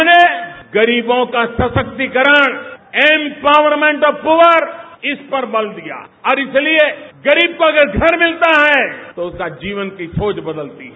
हमने गरीबों का सशक्तिकरण इम्पॉवरमेंट ऑफ पूअर पर बल दिया और इसलिए गरीब को अगल घर मिलता है तो उसके जीवन की सोच बदलती है